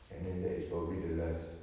and then that is probably the last